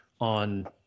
on